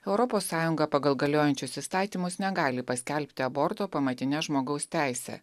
europos sąjunga pagal galiojančius įstatymus negali paskelbti aborto pamatine žmogaus teise